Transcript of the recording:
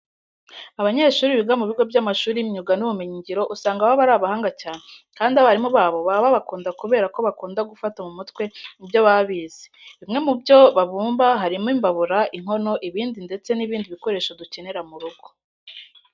Abanyeshuri biga mu bigo by'amashuri y'imyuga n'ubumenyingiro usanga baba ari abahanga cyane kandi abarimu babo baba babakunda kubera ko bakunda gufata mu mutwe ibyo baba bize. Bimwe mu byo babumba harimo imbabura, inkono, ibibindi ndetse n'ibindi bikoresho dukenera mu rugo.